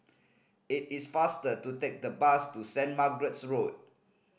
it is faster to take the bus to Saint Margaret's Road